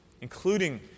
including